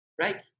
Right